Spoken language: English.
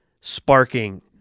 sparking